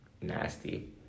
nasty